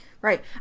Right